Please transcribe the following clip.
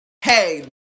hey